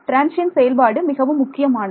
transient செயல்பாடு மிகவும் முக்கியமானது